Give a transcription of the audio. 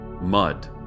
mud